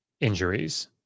injuries